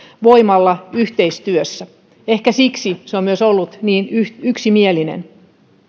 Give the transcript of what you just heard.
voimalla yhteistyössä ehkä siksi se on myös ollut niin yksimielinen